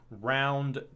round